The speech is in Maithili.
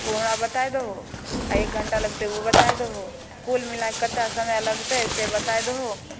उ हमरा बताय दहो आओर एक घण्टा लगतै उ हमरा बताय दहो कुल मिला कऽ कते समय लगतय से बताय दहो